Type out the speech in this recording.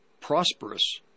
prosperous